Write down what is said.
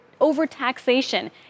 overtaxation